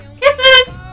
Kisses